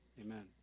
amen